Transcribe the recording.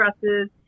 dresses